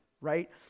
Right